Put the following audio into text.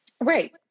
Right